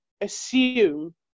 assume